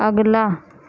اگلا